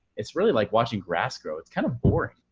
it's really like watching grass grow, it's kind of boring,